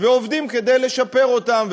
ועובדים כדי לשפר אותם,